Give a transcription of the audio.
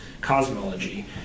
cosmology